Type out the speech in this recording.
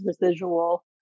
residual